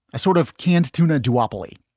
a sort of canned tuna duopoly.